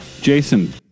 jason